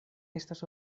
estas